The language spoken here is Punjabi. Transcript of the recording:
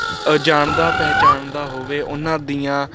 ਜਾਣਦਾ ਪਹਿਚਾਣਦਾ ਹੋਵੇ ਉਹਨਾਂ ਦੀਆਂ